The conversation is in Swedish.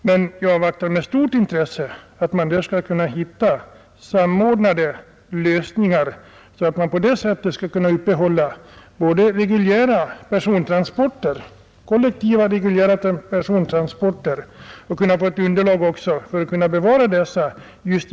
Jag avvaktar med stort intresse besked om att man skall kunna finna samordnade lösningar för att upprätthålla både reguljära kollektiva personoch godstransporter och ett underlag för att bevara dessa.